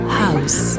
house